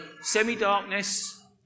semi-darkness